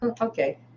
Okay